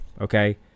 okay